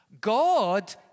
God